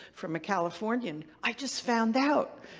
from a californian. i just found out.